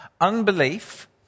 Unbelief